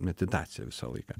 meditacija visą laiką